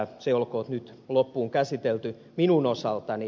se olkoon nyt loppuun käsitelty minun osaltani